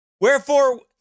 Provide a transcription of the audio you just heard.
Wherefore